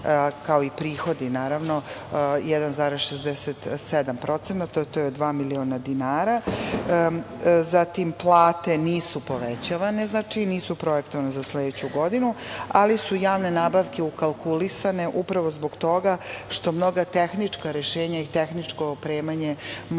kao i prihodi, naravno, 1,67%, to je dva miliona dinara. Zatim, plate nisu povećavane, nisu projektovane za sledeću godinu, ali su javne nabavke ukalkulisane upravo zbog toga što mnoga tehnička rešenja i tehničko opremanje mora